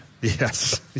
Yes